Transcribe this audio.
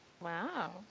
Wow